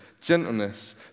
gentleness